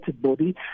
body